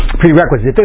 prerequisite